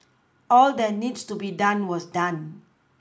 all that needs to be done was done